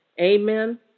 Amen